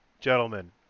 gentlemen